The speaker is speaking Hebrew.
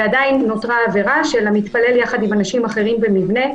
ועדיין נותרה עבירה של המתפלל יחד עם אנשים אחרים במבנה,